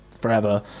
forever